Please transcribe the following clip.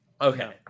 okay